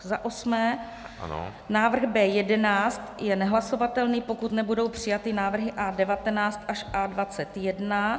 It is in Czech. Za osmé návrh B11 je nehlasovatelný, pokud nebudou přijaty návrhy A19 až A21.